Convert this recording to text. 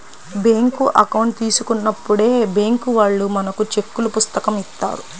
bank account తీసుకున్నప్పుడే bank వాళ్ళు మనకు చెక్కుల పుస్తకం ఇత్తారు